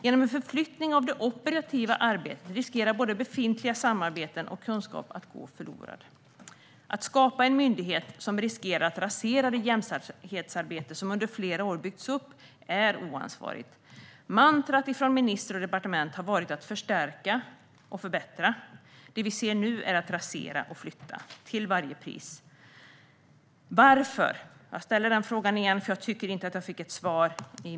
Genom en förflyttning av det operativa arbetet riskerar både befintliga samarbeten och kunskap att gå förlorade. Att skapa en myndighet som riskerar att rasera det jämställdhetsarbete som byggts upp under flera år är oansvarigt. Mantrat från minister och departement har varit att förstärka och förbättra. Det vi ser nu är att rasera och flytta - till varje pris. Jag ställer frågan igen, eftersom jag inte tycker att jag fick ett svar.